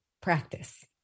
practice